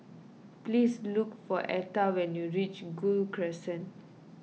please look for Etta when you reach Gul Crescent